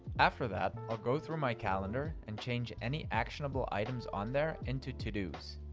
after that, i'll go through my calendar and change any actionable items on there into to do's.